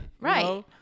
Right